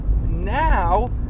now